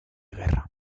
guerra